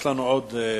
שאילתא מס'